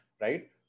right